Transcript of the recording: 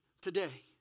today